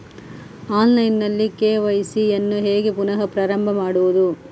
Online ನಲ್ಲಿ KYC ಯನ್ನು ಹೇಗೆ ಪುನಃ ಪ್ರಾರಂಭ ಮಾಡುವುದು?